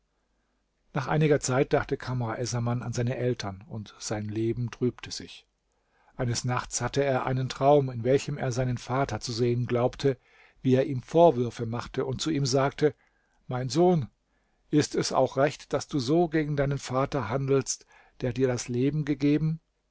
nach einiger zeit dachte kamr essaman an seine eltern und sein leben trübte sich eines nachts hatte er einen traum in welchem er seinen vater zu sehen glaubte wie er ihm vorwürfe machte und zu ihm sagte mein sohn ist es auch recht daß du so gegen deinen vater handelst der dir das leben gegeben